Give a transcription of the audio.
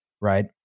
right